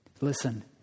Listen